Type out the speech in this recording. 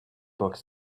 books